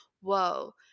whoa